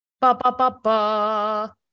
Ba-ba-ba-ba